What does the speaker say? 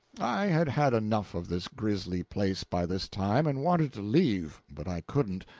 i had had enough of this grisly place by this time, and wanted to leave, but i couldn't,